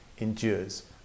endures